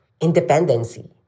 independency